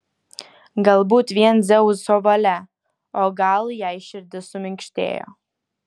galbūt vien dzeuso valia o gal jai širdis suminkštėjo